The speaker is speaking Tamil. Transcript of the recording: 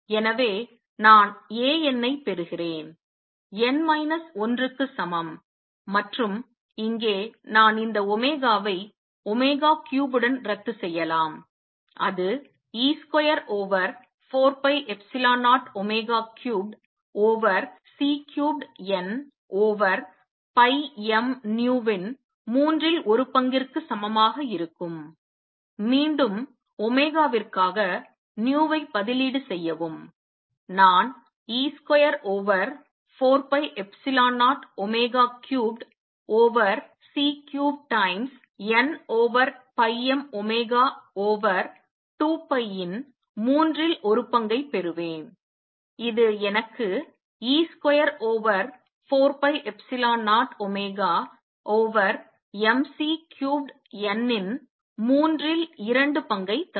எனவே நான் A n ஐப் பெறுகிறேன் n மைனஸ் 1 க்கு சமம் மற்றும் இங்கே நான் இந்த ஒமேகாவை ஒமேகா க்யூப் உடன் ரத்து செய்யலாம் அது e square over 4 pi epsilon 0 omega cubed over C cubed n over pi m nu இன் மூன்றில் ஒரு பங்கிற்கு சமமாக இருக்கும் மீண்டும் ஒமேகா விற்காக nu வை பதிலீடு செய்யவும் நான் e square over 4 pi epsilon 0 omega cubed over C cubed times n over pi m omega over 2 pi இன் மூன்றில் ஒரு பங்கை பெறுவேன் இது எனக்கு e square over 4 pi epsilon 0 omega over m C cubed n இன் மூன்றில் இரண்டு பங்கை தரும்